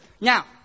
Now